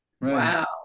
Wow